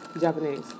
Japanese